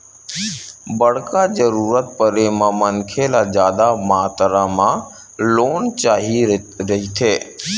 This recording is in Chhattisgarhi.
बड़का जरूरत परे म मनखे ल जादा मातरा म लोन चाही रहिथे